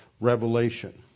revelation